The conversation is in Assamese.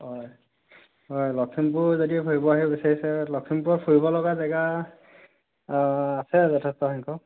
হয় হয় লখিমপুৰ যদি ফুৰিব আহিব বিচাৰিছে লখিমপুৰত ফুৰিবলগা জেগা আছে যথেষ্ট সংখ্যক